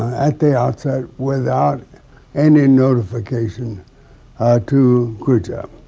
at the outset without any notification to khrushchev.